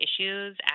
issues